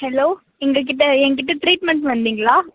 hello எங்கள்கிட்ட என்கிட்டே treatment வந்திங்களா